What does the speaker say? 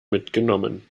mitgenommen